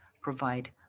provide